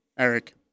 Eric